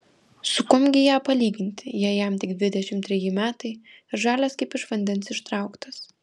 su kuom gi ją palyginti jei jam tik dvidešimt treji metai ir žalias kaip iš vandens ištrauktas